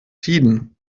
tiden